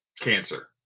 cancer